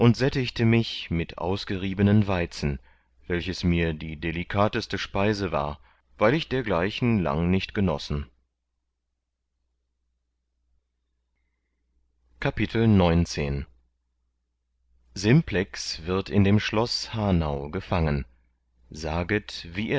und sättigte mich mit ausgeriebenen waizen welches mir die delikateste speise war weil ich dergleichen lang nicht genossen das neunzehnte kapitel simplex wird in dem schloß hanau gefangen saget wie